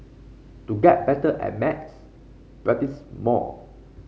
to get better at maths practise more